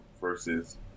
versus